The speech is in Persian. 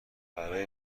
برای